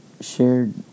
shared